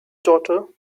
daughter